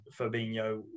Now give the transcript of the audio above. Fabinho